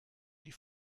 die